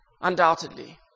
Undoubtedly